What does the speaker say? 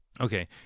Okay